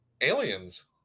Aliens